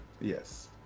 yes